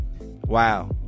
Wow